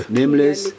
Nameless